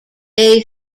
day